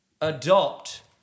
Adopt